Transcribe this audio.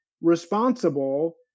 responsible